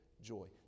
joy